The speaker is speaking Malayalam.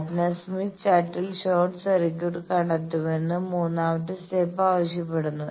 അതിനാൽ സ്മിത്ത് ചാർട്ടിൽ ഷോർട്ട് സർക്യൂട്ട് കണ്ടെത്തണമെന്ന് 3 മത്തെ സ്റ്റെപ് ആവശ്യപ്പെടുന്നു